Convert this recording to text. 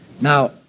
Now